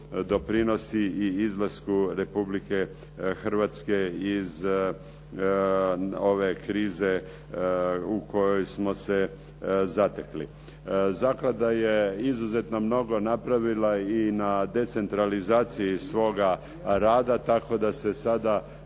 doprinosi i izlasku Republike Hrvatske iz ove krize u kojoj smo se zatekli. Zaklada je izuzetno mnogo napravila i na decentralizaciji svoga rada, tako da se sada